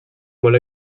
molt